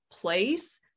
place